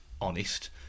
honest